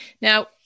Now